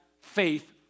faith